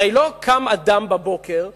הרי לא קם אדם בבוקר ואמר,